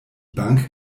bank